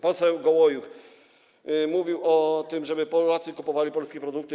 Poseł Gołojuch mówił o tym, żeby Polacy kupowali polskie produkty.